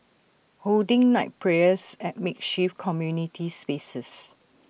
holding night prayers at makeshift community spaces